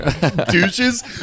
douches